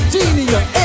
Genius